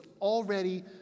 already